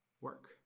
Work